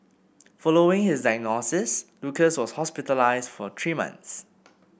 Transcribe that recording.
following his diagnosis Lucas was hospitalised for three months